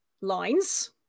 lines